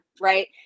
right